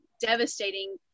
devastating